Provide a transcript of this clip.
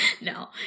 No